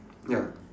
ya